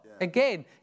Again